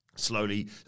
Slowly